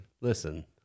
Listen